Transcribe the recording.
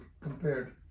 compared